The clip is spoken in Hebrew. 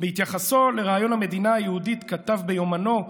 בהתייחסו לרעיון המדינה היהודית כתב ביומנו: